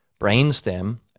brainstem